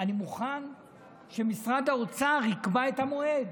שאני מוכן שמשרד האוצר יקבע את המועד,